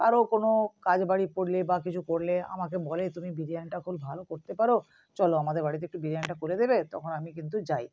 কারও কোনো কাজ বাড়ি পড়লে বা কিছু পড়লে আমাকে বলে তুমি বিরিয়ানিটা এখন ভালো করতে পারো চলো আমাদের বাড়িতে একটু বিরিয়ানিটা করে দেবে তখন আমি কিন্তু যাই